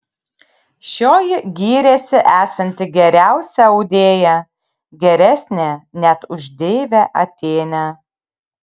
šioji gyrėsi esanti geriausia audėja geresnė net už deivę atėnę